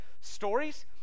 stories